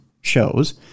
shows